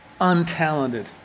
untalented